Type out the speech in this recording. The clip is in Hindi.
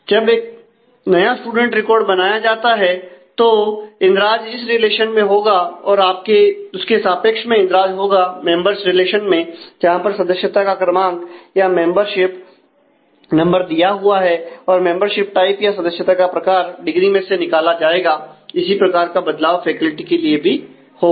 जब एक नया स्टूडेंट रिकॉर्ड बनाया जाता है तो एक इंद्राज इस रिलेशन में होगा और उसके सापेक्ष में इंद्राज होगा मेंबर्स रिलेशन में जहां पर सदस्यता का क्रमांक या मेंबरशिप नंबर दिया हुआ है और मेंबरशिप टाइप या सदस्यता का प्रकार डिग्री में से निकाला जाएगा इसी प्रकार का बदलाव फैकल्टी के लिए भी होगा